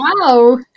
wow